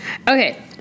Okay